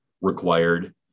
required